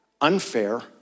unfair